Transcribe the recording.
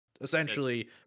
essentially